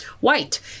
white